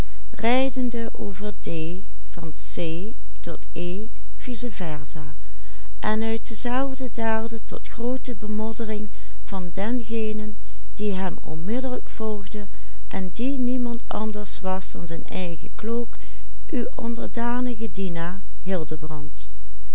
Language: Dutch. tot groote bemoddering van dengenen die hem onmiddellijk volgde en die niemand anders was dan zijn eigen cloak uw onderdanige